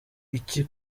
iki